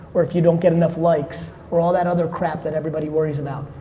or if you don't get enough likes, or all that other crap that everybody worries about.